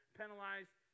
penalized